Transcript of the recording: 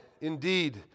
indeed